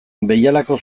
behialako